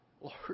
Lord